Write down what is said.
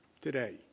today